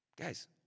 Guys